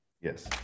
Yes